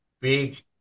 big